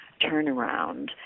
turnaround